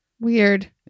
Weird